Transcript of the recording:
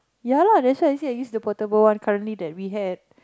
ya lah that's why I use the portable one currently that we had